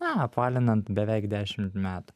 na apvalinant beveik dešimt metų